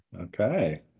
okay